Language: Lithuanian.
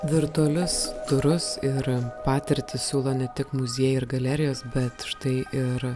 virtualius turus ir patirtį siūlo ne tik muziejai ir galerijos bet štai ir